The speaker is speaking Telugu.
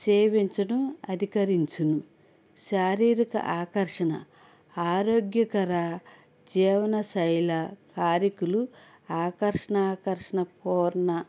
సేవించడం అధికరించును శారీరక ఆకర్షణ ఆరోగ్యకర జీవన శైల హారికలు ఆకర్షణ ఆకర్షణ పూర్ణ